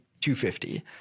250